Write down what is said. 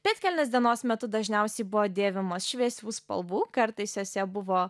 pėdkelnės dienos metu dažniausiai buvo dėvimos šviesių spalvų kartais jose buvo